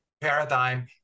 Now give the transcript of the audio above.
paradigm